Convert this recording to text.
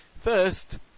First